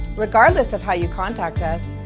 regardless of how you contact us,